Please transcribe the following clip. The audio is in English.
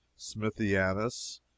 smithianus